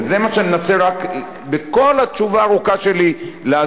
וזה מה שאני מנסה בכל התשובה הארוכה שלי להסביר,